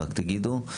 רק תגידו.